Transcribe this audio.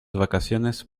vacaciones